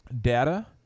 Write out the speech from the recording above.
data